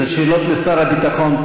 אלה שאלות לשר הביטחון.